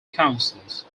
councils